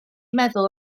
meddwl